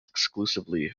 exclusively